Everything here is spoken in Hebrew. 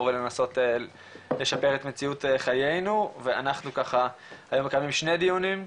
ולנסות לשפר את מציאות חיינו ואנחנו היום מקיימים שני דיונים,